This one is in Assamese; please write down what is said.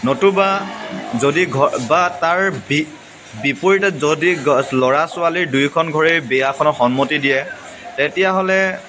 নতুবা যদি ঘৰ বা তাৰ বিপৰীতে যদি ল'ৰা ছোৱালী দুইখন ঘৰেই বিয়াখনত সন্মতি দিয়ে তেতিয়াহ'লে